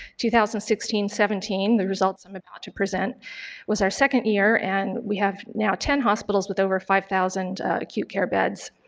two thousand and sixteen seventeen, the results i'm about to present was our second year and we have now ten hospitals with over five thousand acute care beds.